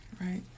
right